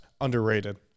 underrated